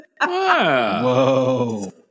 Whoa